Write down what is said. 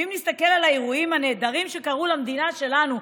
ואם נסתכל על האירועים הנהדרים שקרו למדינה שלנו,